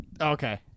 Okay